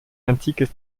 antikes